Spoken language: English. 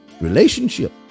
Relationship